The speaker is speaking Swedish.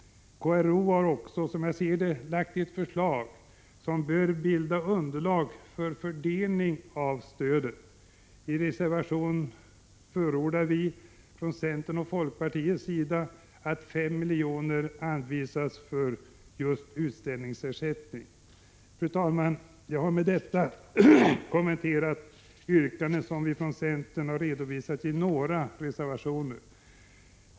Konstnärernas riksorganisation — KRO — har som jag ser det lagt ett förslag som bör kunna bilda underlag för fördelning av stödet. I en reservation förordar vi från centern och folkpartiet att 5 milj.kr. anvisas för utställningsersättning. Fru talman! Jag har med detta kommenterat yrkanden som vi från centern har redovisat i några reservationer.